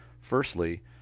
Firstly